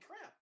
crap